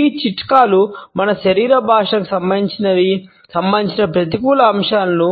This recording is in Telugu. ఈ చిట్కాలు మన శరీర భాషకి సంబంధించిన ప్రతికూల అంశాలను